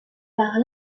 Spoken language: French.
par